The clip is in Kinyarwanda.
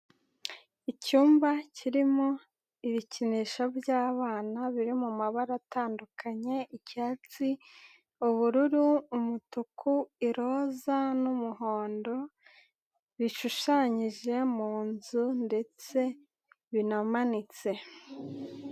Icyumba kirimo ibikinisho byabana biri mu mabara atandukanye icyatsi, ubururu, umutuku, iroza, n'umuhondo, bishushanyije mu nzu ndetse binamanitse.